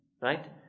Right